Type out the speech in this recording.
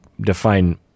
define